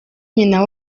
nyina